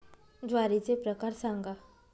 ज्वारीचे प्रकार सांगा